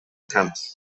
camps